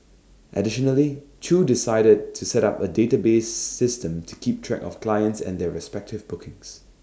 additionally chew decided to set up A database system to keep track of clients and their respective bookings